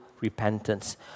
repentance